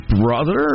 Brother